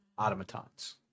automatons